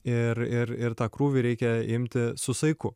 ir ir ir tą krūvį reikia imti su saiku